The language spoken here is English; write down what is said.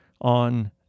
on